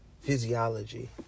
physiology